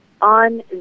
on